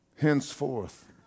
henceforth